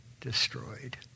destroyed